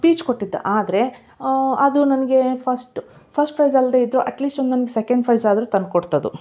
speech ಕೊಟ್ಟಿದ್ದೆ ಆದ್ರೆ ಅದು ನನ್ಗೆ ಫಸ್ಟ್ ಫಸ್ಟ್ ಪ್ರೈಸ್ ಅಲ್ದೆ ಇದ್ರು ಅಟ್ಲಿಸ್ಟ್ ಒಂದ್ ನನ್ಗ್ ಸೆಕೆಂಡ್ ಪ್ರೈಸ್ ಆದ್ರು ತಂದ್ ಕೊಡ್ತ್ ಅದು